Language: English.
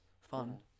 fun